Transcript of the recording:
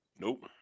Nope